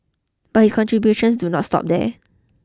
but his contributions do not stop there